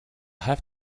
have